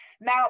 Now